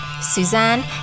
Suzanne